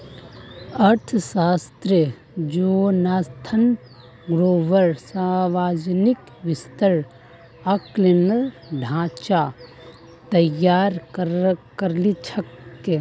अर्थशास्त्री Jonathan Gruber सावर्जनिक वित्तेर आँकलनेर ढाँचा तैयार करील छेक